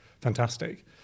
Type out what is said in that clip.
fantastic